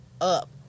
up